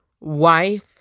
wife